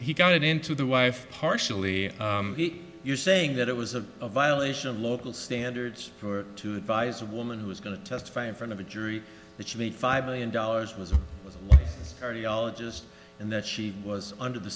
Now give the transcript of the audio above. he got into the wife partially you're saying that it was a violation of local standards for to advise a woman who is going to testify in front of a jury which of the five million dollars was a cardiologist and that she was under the